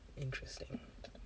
interesting